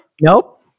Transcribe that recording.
Nope